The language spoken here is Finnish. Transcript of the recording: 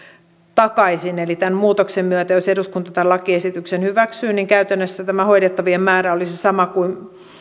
takaisin tämän muutoksen myötä jos eduskunta tämä lakiesityksen hyväksyy käytännössä hoidettavien määrä olisi sama